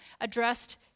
addressed